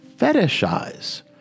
Fetishize